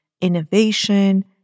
innovation